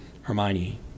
Hermione